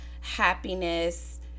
happiness